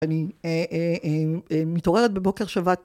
אני מתעוררת בבוקר שבת